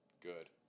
Good